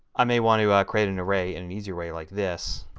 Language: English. i may want to create an array and an easier way like this